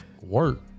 work